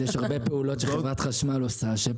אז יש הרבה פעולות שחברת חשמל עושה שהן